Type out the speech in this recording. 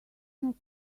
not